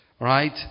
right